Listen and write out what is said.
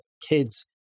kids